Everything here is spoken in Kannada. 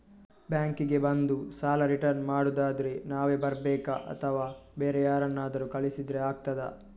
ಬ್ಯಾಂಕ್ ಗೆ ಬಂದು ಸಾಲ ರಿಟರ್ನ್ ಮಾಡುದಾದ್ರೆ ನಾವೇ ಬರ್ಬೇಕಾ ಅಥವಾ ಬೇರೆ ಯಾರನ್ನಾದ್ರೂ ಕಳಿಸಿದ್ರೆ ಆಗ್ತದಾ?